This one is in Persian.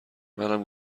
منم